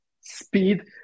speed